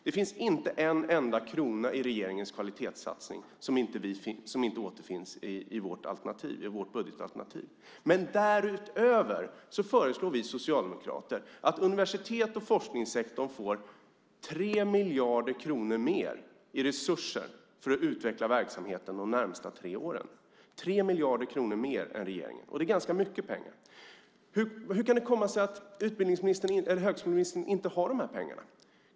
Det finns inte en enda krona i regeringens kvalitetssatsning som inte återfinns i vårt budgetalternativ. Men därutöver föreslår vi socialdemokrater att universitets och forskningssektorn får 3 miljarder kronor mer än regeringen föreslår i resurser för att utveckla verksamheten under de närmaste tre åren. Det är ganska mycket pengar. Hur kan det komma sig att högskoleministern inte har dessa pengar?